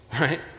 right